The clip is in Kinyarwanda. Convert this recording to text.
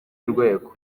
urwego